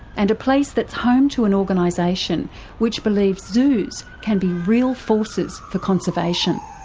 and a place that's home to an organisation which believes zoos can be real forces for conservation.